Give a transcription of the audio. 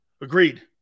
Agreed